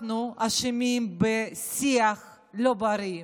אנחנו אשמים בשיח לא בריא.